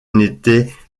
n’était